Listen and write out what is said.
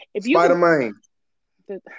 Spider-Man